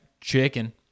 chicken